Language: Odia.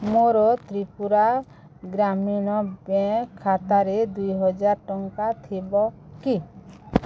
ମୋର ତ୍ରିପୁରା ଗ୍ରାମୀଣ ବ୍ୟାଙ୍କ୍ ଖାତାରେ ଦୁଇହଜାର ଟଙ୍କା ଥିବ କି